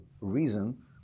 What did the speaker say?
reason